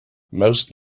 most